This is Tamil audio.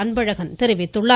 அன்பழகன் தெரிவித்துள்ளார்